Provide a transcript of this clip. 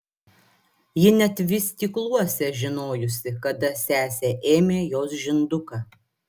ji net vystykluose žinojusi kada sesė ėmė jos žinduką